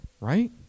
right